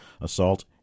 assault